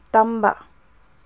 ꯇꯝꯕ